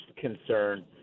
concern